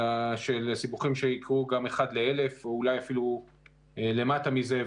אלא של סיבוכים שייקרו גם 1 ל-1,000 ואולי אפילו למטה מזה.